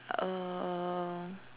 uh